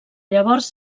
llavors